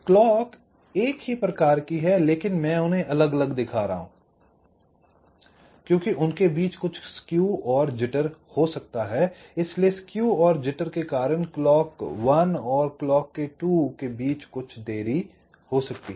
तो क्लॉक एक ही प्रकार की हैं लेकिन मैं उन्हें अलग अलग दिखा रहा हूँ क्योंकि उनके बीच कुछ स्केव और जिटर हो सकता है इसलिए स्केव और जिटर के कारण क्लॉक 1 और क्लॉक 2 के बीच कुछ देरी हो सकती है